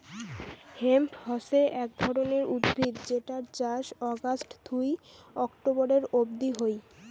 hemp হসে এক ধরণের উদ্ভিদ যেটার চাষ অগাস্ট থুই অক্টোবরের অব্দি হই